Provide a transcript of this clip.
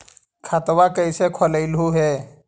खाता कैसे खोलैलहू हे?